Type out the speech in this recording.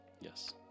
yes